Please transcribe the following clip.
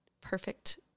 perfect